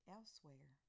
Elsewhere